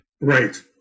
Right